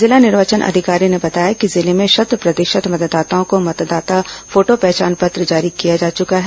जिला निर्वाचन अधिकारी ने बताया कि जिले में शत प्रतिशत मतदाताओं को मतदाता फोटो पहचान पत्र जारी किए जा चुके हैं